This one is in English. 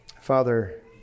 Father